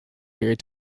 period